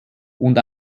und